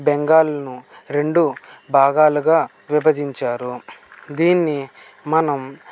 బెంగాల్ను రెండు భాగాలుగా విభజించారు దీన్ని మనం